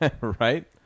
Right